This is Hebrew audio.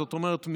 זאת אומרת,